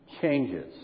changes